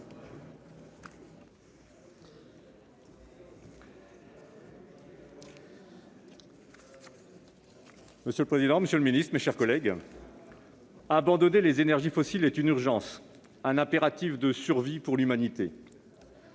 Monsieur le président, monsieur le ministre, mes chers collègues, abandonner les énergies fossiles est une urgence, un impératif de survie pour l'humanité